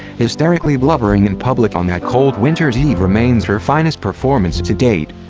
hysterically blubbering in public on that cold winter's eve remains her finest performance to date.